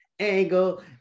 Angle